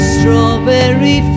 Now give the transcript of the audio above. Strawberry